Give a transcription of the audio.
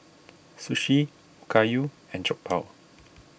Sushi Okayu and Jokbal